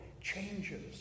changes